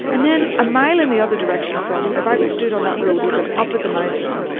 and then, a mile in the other direction from, if i stood on that road looking up at the mountain,